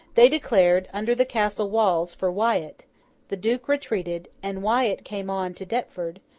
they declared, under the castle walls, for wyat the duke retreated and wyat came on to deptford,